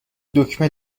دکمه